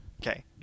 Okay